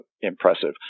impressive